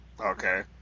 Okay